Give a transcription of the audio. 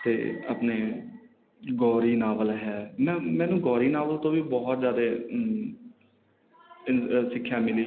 ਅਤੇ ਆਪਣੇ ਗੌਰੀ ਨਾਵਲ ਹੈ ਮੈ ਮੈਨੂੰ ਗੌਰੀ ਨਾਵਲ ਤੋਂ ਵੀ ਬਹੁਤ ਜ਼ਿਆਦਾ ਸਿੱਖਿਆ ਮਿਲੀ